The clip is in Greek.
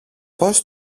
πώς